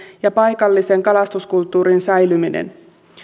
ja paikallisen kalastuskulttuurin säilyminen